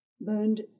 burned